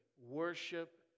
Worship